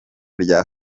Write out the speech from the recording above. rya